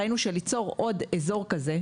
ראינו שליצור עוד אזור כזה,